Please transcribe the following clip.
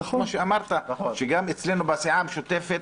כמו שאמרת שגם אצלנו בסיעה המשותפת,